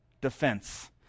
defense